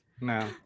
No